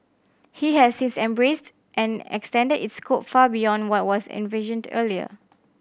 he has since embraced and extended its scope far beyond what was envisioned earlier